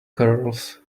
curls